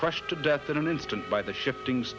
crushed to death in an instant by the shifting